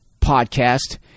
podcast